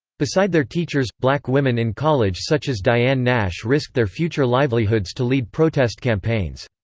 beside their teachers, black women in college such as dianne nash risked their future livelihoods to lead protest campaigns.